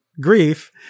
Grief